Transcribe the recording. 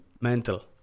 Mental